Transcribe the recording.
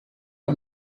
een